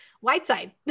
Whiteside